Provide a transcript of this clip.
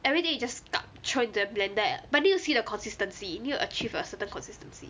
everything you just throw in the blender and but need to see the consistency you need to achieve a certain consistency